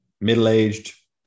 middle-aged